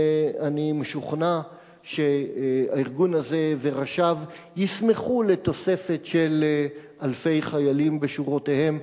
ואני משוכנע שהארגון הזה וראשיו ישמחו לתוספת של אלפי חיילים בשורותיהם,